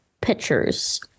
pictures